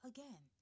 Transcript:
Again